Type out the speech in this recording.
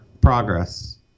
progress